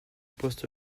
poste